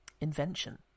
invention